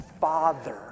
father